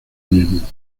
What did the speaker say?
mismo